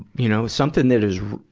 you know, something that is,